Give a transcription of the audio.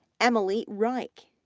emily reich,